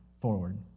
forward